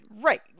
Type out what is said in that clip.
right